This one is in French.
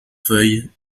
feuilles